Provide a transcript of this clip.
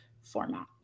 format